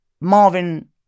Marvin